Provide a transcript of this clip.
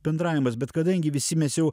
bendravimas bet kadangi visi mes jau